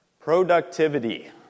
Productivity